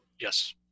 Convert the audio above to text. Yes